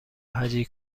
هجی